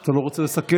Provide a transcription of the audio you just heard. אתה לא רוצה לסכם?